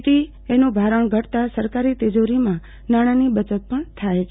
ડીએનું ભારણ ઘટતા સરકારી તિજોરીમાં નાણાની બચત પણ થાય છે